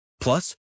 Plus